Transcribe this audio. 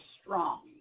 strong